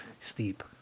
steep